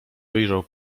wyjrzał